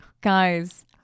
guys